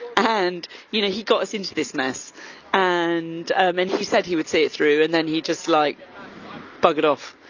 and you know, he got us into this mess and then ah um and he said he would see it through and then he just like buggered off.